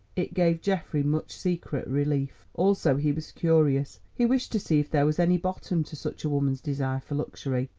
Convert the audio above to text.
it gave geoffrey much secret relief. also he was curious he wished to see if there was any bottom to such a woman's desire for luxury,